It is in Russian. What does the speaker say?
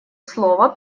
слово